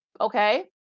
okay